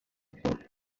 jackie